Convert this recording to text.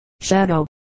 shadow